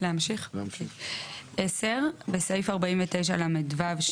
" (10)בסעיף 49לו2,